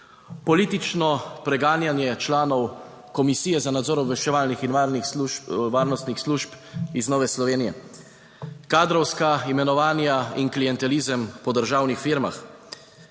Politično preganjanje članov Komisije za nadzor obveščevalnih in varnih varnostnih služb iz Nove Slovenije, kadrovska imenovanja in klientelizem po državnih firmah,